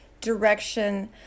direction